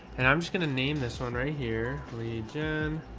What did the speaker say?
and i'm just going to name this one right here. lead gen